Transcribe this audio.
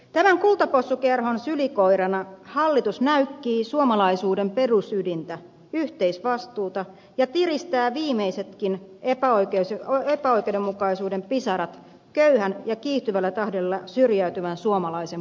tämän kultapossukerhon sylikoirana hallitus näykkii suomalaisuuden perusydintä yhteisvastuuta ja tiristää viimeisetkin epäoikeudenmukaisuuden pisarat köyhän ja kiihtyvällä tahdilla syrjäytyvän suomalaisen punteille